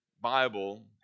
Bible